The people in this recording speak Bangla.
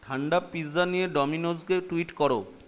ঠাণ্ডা পিৎজা নিয়ে ডমিনোসকে টুইট কর